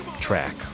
track